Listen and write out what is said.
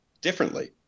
differently